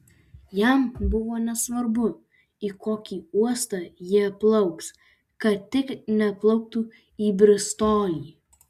jam buvo nesvarbu į kokį uostą jie plauks kad tik neplauktų į bristolį